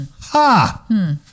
Ha